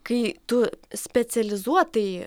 kai tu specializuotai